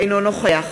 אינו נוכח